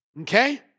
Okay